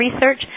research